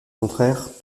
contraire